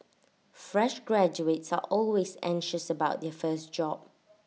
fresh graduates are always anxious about their first job